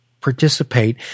participate